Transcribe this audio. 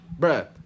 Bruh